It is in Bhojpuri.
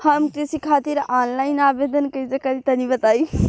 हम कृषि खातिर आनलाइन आवेदन कइसे करि तनि बताई?